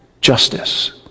justice